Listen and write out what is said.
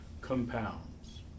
compounds